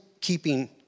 keeping